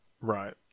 Right